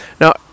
Now